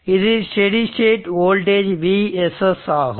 இது steady state voltage Vss ஆகும்